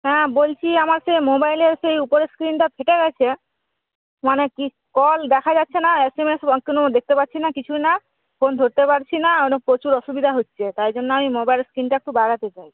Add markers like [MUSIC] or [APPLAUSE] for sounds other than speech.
হ্যাঁ বলছি আমাকে মোবাইলের সেই উপরের স্ক্রিনটা ফেটে গেছে মানে কি কল দেখা যাচ্ছে না এসএমএস [UNINTELLIGIBLE] দেখতে পাচ্ছি না কিছুই না ফোন ধরতেও পারছি না প্রচুর অসুবিধা হচ্ছে তাই জন্য আমি মোবাইল স্ক্রিনটা একটু বাড়াতে চাই